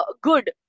good